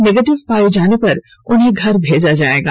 negative पाए जाने पर उन्हें घर भेजा जाएगा